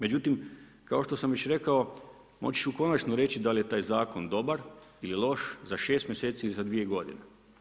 Međutim, kao što sam već rekao, moći ću konačno reći da li je taj Zakon dobar ili loš za 6 mjeseci ili za 2 godine.